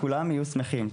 כולם יהיו שמחים.